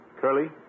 Curly